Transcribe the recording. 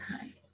time